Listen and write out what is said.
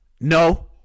No